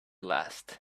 last